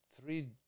three